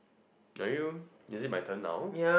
are you is it my turn now